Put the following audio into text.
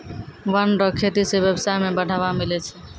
वन रो खेती से व्यबसाय में बढ़ावा मिलै छै